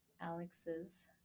Alex's